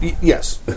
Yes